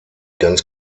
ganz